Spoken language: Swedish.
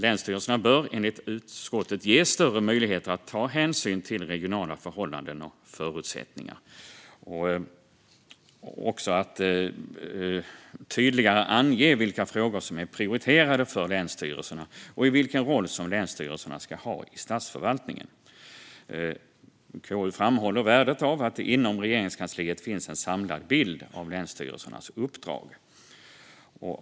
Länsstyrelserna bör enligt utskottet ges större möjligheter att ta hänsyn till regionala förhållanden och förutsättningar. Det bör också tydligare anges vilka frågor som är prioriterade för länsstyrelserna samt vilken roll länsstyrelserna ska ha i statsförvaltningen. KU framhåller värdet av att det inom Regeringskansliet finns en samlad bild av länsstyrelsernas uppdrag.